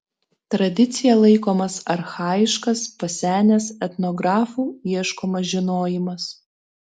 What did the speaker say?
tradicija laikomas archajiškas pasenęs etnografų ieškomas žinojimas